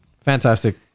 Fantastic